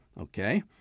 okay